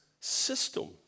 system